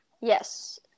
yes